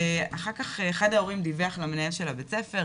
אחר כך אחד ההורים דיווח למנהל של בית הספר,